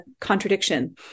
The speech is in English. contradiction